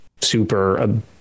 super